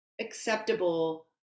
acceptable